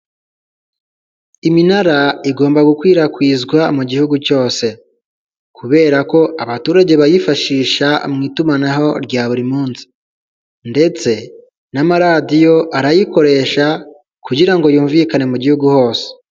Iminara igomba gukwirakwizwa mu gihugu cyose, kubera ko abaturage bayifashisha mu itumanaho rya buri munsi, ndetse n'amaradiyo arayikoresha kugira ngo yumvikane mu gihugu hose.